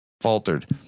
faltered